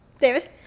David